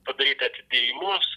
padaryt atidėjimus